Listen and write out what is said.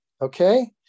Okay